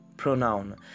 pronoun